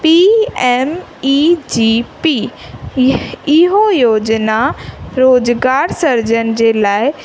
ई M E G P इहो योजना रोज़गारु सर्जन जे लाइ